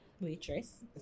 waitress